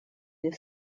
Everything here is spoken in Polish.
nie